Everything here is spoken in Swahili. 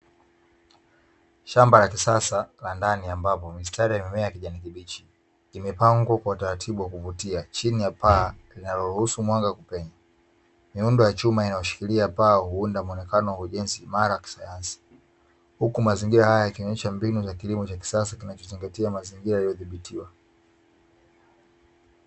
Shamba la kisasa la ndani ambapo mistari ya mimea ya kijani kibichi imepangwa kwa taratibu wa kuvutia chini ya paa linaloruhusu mwanga, kupenya miundo ya chuma inayoshikilia paa uunda muonekano wa ujenzi imara wa kisayansi huku mazingira haya yakionyesha mbinu za kilimo cha kisasa kinachozingatia mazingira yaliyo dhibitiwa.